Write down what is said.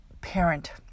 parent